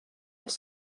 els